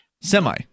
Semi